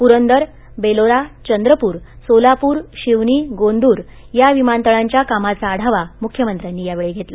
पुरंदर बेलोरा चंद्रपूर सोलापूर शिवनी गोंदूर या विमानतळांच्या कामाचा आढावा मुख्यमंत्र्यांनी यावेळी घेतला